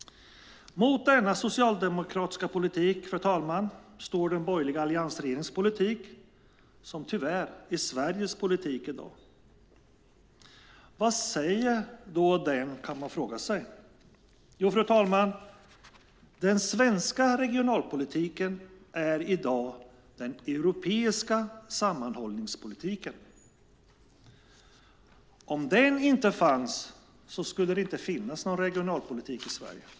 Mot denna socialdemokratiska politik, fru talman, står den borgerliga alliansregeringens politik, som tyvärr är Sveriges politik i dag. Vad säger då den? Det kan man fråga sig. Jo, fru talman, den svenska regionalpolitiken är i dag den europeiska sammanhållningspolitiken. Om den inte fanns skulle det inte finnas någon regionalpolitik i Sverige.